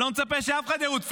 אני לא מצפה שאף אחד ירוץ.